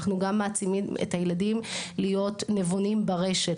אנחנו גם מעצימים את הילדים להיות נבונים ברשת,